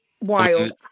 Wild